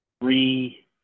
three